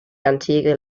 antigua